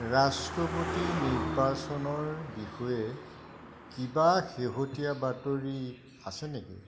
ৰাষ্ট্ৰপতি নিৰ্বাচনৰ বিষয়ে কিবা শেহতীয়া বাতৰি আছে নেকি